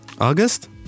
August